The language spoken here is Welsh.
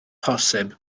posib